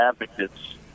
advocates